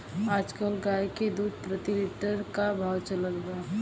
आज कल गाय के दूध प्रति लीटर का भाव चलत बा?